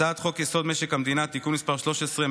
הצעת חוק-יסוד: משק המדינה (תיקון מס' 13),